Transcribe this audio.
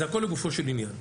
זה הכל לגופו של ענין.